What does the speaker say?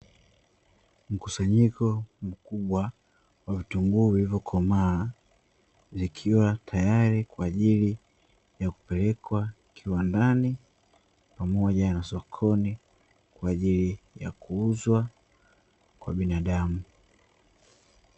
Mkusanyiko mkubwa wa vitunguu vilivyokomaa, vikiwa tayari kwa ajili ya kupelekwa kiwandani pamoja na sokoni kwa ajili ya kuuzwa kwa binadamu.